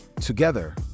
Together